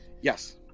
Yes